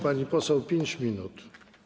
Pani poseł, 5 minut.